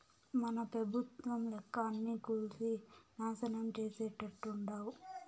మన పెబుత్వం లెక్క అన్నీ కూల్సి నాశనం చేసేట్టుండావ్